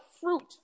fruit